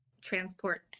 transport